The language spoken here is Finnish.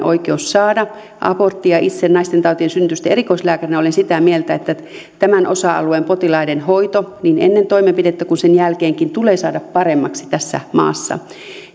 oikeus saada abortti itse naistentautien synnytysten erikoislääkärinä olen sitä mieltä että tämän osa alueen potilaiden hoito niin ennen toimenpidettä kuin sen jälkeenkin tulee saada paremmaksi tässä maassa